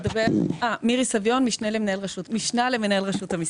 מירי סביון, משנה למנהל רשות המסים.